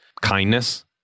kindness